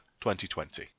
2020